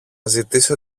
ζητήσω